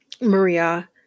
Maria